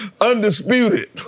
Undisputed